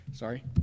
sorry